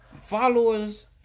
followers